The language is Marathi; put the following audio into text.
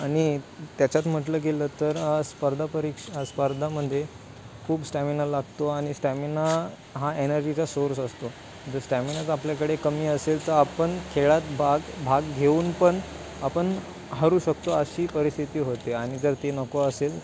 आणि त्याच्यात म्हटलं गेलं तर स्पर्धा परीक्षा स्पर्धामध्ये खूप स्टॅमिना लागतो आणि स्टॅमिना हा एनर्जीचा सोर्स असतो जर स्टॅमिनाचा आपल्याकडे कमी असेल तर आपण खेळात भाग भाग घेऊन पन आपण हरू शकतो अशी परिस्थिती होते आणि जर ती नको असेल